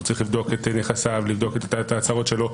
הוא צריך לבדוק את נכסיו ואת ההצהרות שלו.